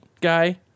guy